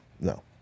No